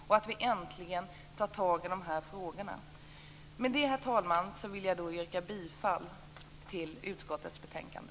Vi måste äntligen ta tag i frågorna. Med det, herr talman, vill jag yrka bifall till hemställan i utskottets betänkande.